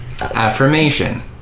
Affirmation